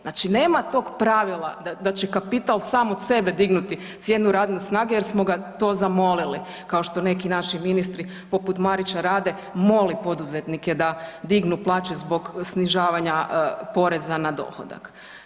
Znači nema tog pravila da će kapital sam od sebe dignuti cijenu radne snage jer smo ga to zamolili, kao što to neki naši ministre, poput Marića rade, moli poduzetnike da dignu plaće zbog snižavanja poreza na dohodak.